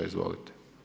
Izvolite.